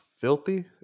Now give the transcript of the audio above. filthy